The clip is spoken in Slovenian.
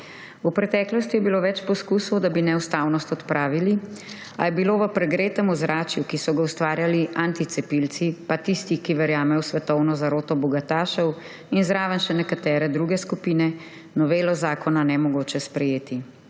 V preteklosti je bilo več poskusov, da bi neustavnost odpravili, a je bilo v pregretem ozračju, ki so ga ustvarjali anticepilci pa tisti, ki verjamejo v svetovno zaroto bogatašev, in zraven še nekatere druge skupine, novelo zakona nemogoče sprejeti.